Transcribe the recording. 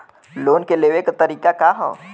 Loan के लेवे क तरीका का ह?